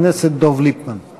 על הסכם השלום בין ישראל